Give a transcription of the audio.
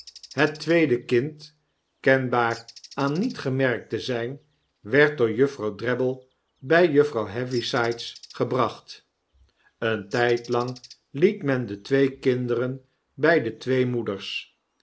het tweede kind kenbaar aan niet gemerkt te zijn werd door juffrouw drabble bij juffrouw heavysides gebracht een tydlang liet men de twee kinderen bij de twee moeders